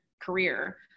career